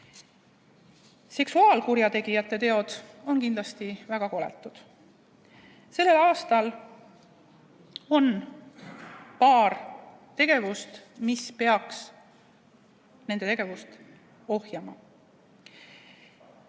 Seksuaalkurjategijate teod on kindlasti väga koletud. Sellel aastal on paar tegevust, mis peaks nende tegevust ohjeldama.